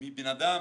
מבן אדם